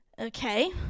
Okay